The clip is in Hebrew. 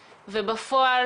ובפועל,